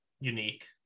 unique